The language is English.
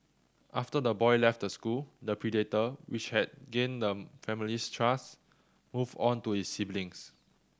after the boy left the school the predator which had gained the family's trust moved on to his siblings